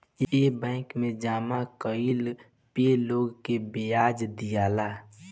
ए bank मे जामा कइला पे लोग के ब्याज दियाला